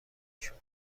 ازشون